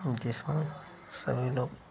हं जिसको हम सभी लोग